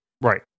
Right